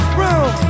room